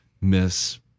miss